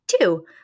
two